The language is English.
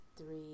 three